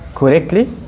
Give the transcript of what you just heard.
Correctly